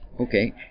Okay